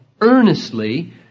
earnestly